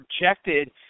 projected